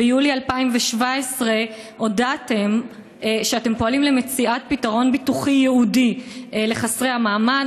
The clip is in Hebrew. ביולי 2017 הודעתם שאתם פועלים למציאת פתרון ביטוחי ייעודי לחסרי המעמד,